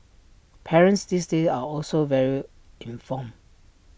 parents these days are also very informed